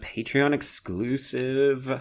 Patreon-exclusive